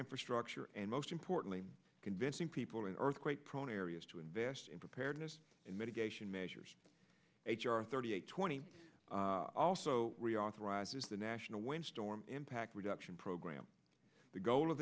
infrastructure and most importantly convincing people in earthquake prone areas to invest in preparedness in mitigation measures h r thirty eight twenty also reauthorizes the national wind storm impact reduction program the goal of